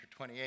28